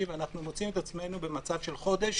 ואנחנו מוצאים את עצמנו במצב של חודש